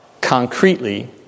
concretely